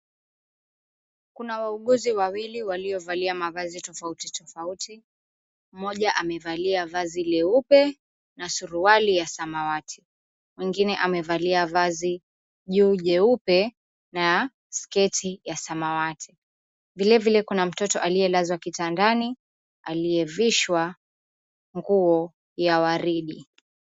Kuna wauguzi wawili waliovalia maavazi tofauti tofauti, mmoja amevali vazi leupe na suruali ya samawati, mwingine amevalia vazi juu jeupe na sketi ya samawati. Vilevile kuna mtoto aliyelazwa kitandani aliyevishwa nguo la waridi.